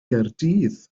gaerdydd